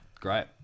Great